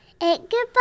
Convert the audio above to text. Goodbye